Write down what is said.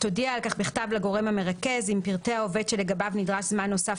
תודיע על כך בכתב לגרום המרכז עם פרטי העובד שלגביו נדרש זמן נוסף